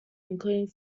including